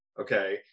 okay